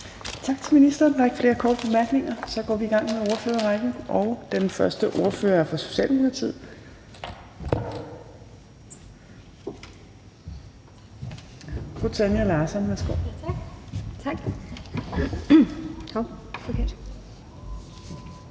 Tak til ministeren. Der er ikke flere korte bemærkninger. Så går vi i gang med ordførerrækken, og den første ordfører er fra Socialdemokratiet.